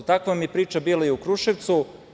Takva vam je priča bila i u Kruševcu.